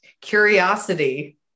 curiosity